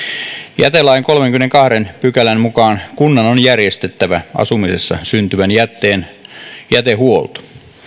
jätelain kolmannenkymmenennentoisen pykälän mukaan kunnan on järjestettävä asumisessa syntyvän jätteen jätehuolto